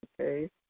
Okay